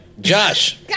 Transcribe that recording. Josh